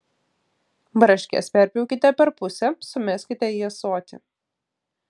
braškes perpjaukite per pusę sumeskite į ąsotį